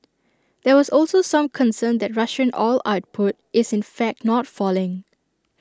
there was also some concern that Russian oil output is in fact not falling